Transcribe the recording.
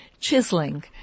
chiseling